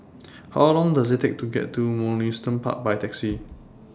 How Long Does IT Take to get to Mugliston Park By Taxi